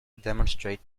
demonstrate